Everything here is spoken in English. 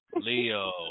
Leo